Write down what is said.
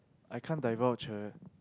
I can't divulge her